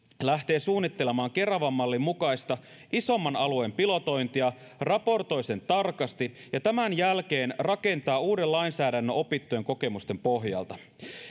lähtee suunnittelemaan keravan mallin mukaista isomman alueen pilotointia raportoi sen tarkasti ja tämän jälkeen rakentaa uuden lainsäädännön opittujen kokemusten pohjalta